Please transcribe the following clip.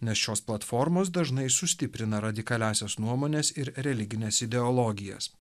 nes šios platformos dažnai sustiprina radikaliąsias nuomones ir religines ideologijas